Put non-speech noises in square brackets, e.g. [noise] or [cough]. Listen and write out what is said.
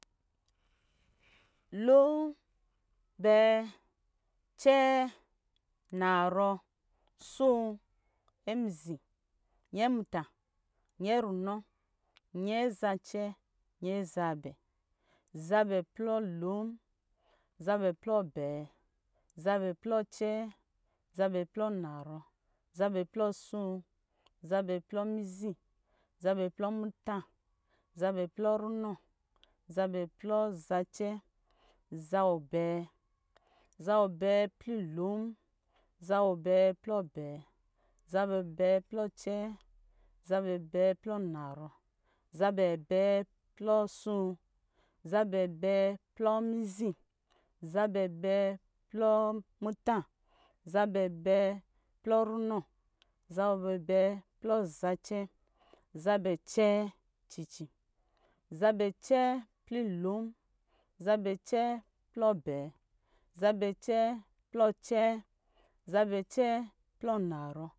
Lon, bɛɛ, cɛɛ, naarɔ, so, nyɛ mizi, nyɛ muta, nyɛ runɔ, nyɛ zacɛ, nyɛ zabɛ, zabɛ plɔ lo, zabɛ plɔ abɛɛ, zabɛ plɔ acɛɛ, zabɛ plɔ anaarɔ, zabɛ plɔ aso, zabɛ plɔ mizi, zabɛ plɔ muta, zabɛ plɔ runɔ, zabɛ plɔ zacɛ, zabɛ abaa, zabɛ abɛɛ plɔ lo, zabɛ abɛɛ plɔ abɛɛ, zabɛ bɛɛ plɔ acɛɛ, zabɛ abɛɛ plɔ anaarɔ, zabɛ abɛɛ plɔ aso, zabɛ abɛɛ plɔ mizi, zabɛ abɛɛ plɔ muta, zabɛ abɛɛ plɔ runɔ, zabɛ abɛɛ plɔ zacɛ, zabɛ acɛɛ [unintelligible] zabɛ cɛɛ plɔ lo, [unintelligible] zabɛ cɛɛ plɔ acɛɛ, zabɛ cɛɛ plɔ anaarɔ